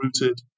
rooted